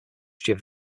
history